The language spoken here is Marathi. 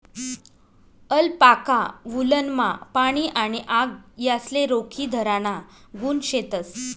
अलपाका वुलनमा पाणी आणि आग यासले रोखीधराना गुण शेतस